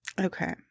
Okay